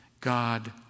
God